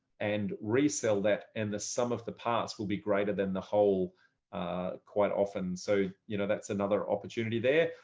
and resell that and the sum of the parts will be greater than the whole quite often. so you know that's another opportunity there.